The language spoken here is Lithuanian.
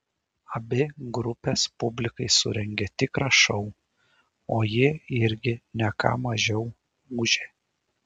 abi grupės publikai surengė tikrą šou o ji irgi ne ką mažiau ūžė